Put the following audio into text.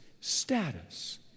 status